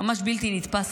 ממש בלתי נתפס,